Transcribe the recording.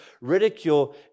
ridicule